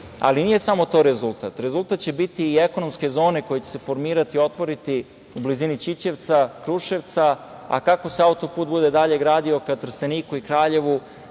ali nije samo to rezultat. Rezultat će biti i ekonomske zone koje će se formirati i otvoriti u blizini Ćićevca, Kruševca, a kako se auto-put bude dalje gradio ka Trsteniku i Kraljevu,